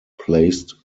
placed